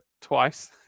twice